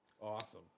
Awesome